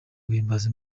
guhimbaza